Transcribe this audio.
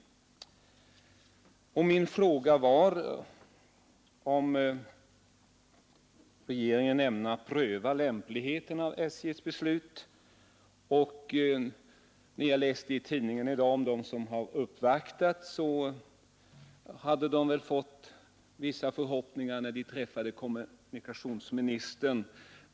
Min fråga var om regeringen ämnar pröva lämpligheten av SJ:s beslut. Jag läste i tidningen i dag om dem som har uppvaktat kommunikationsministern, och de hade tydligen fått vissa förhoppningar när de träffade kommunikationsministern.